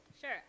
Sure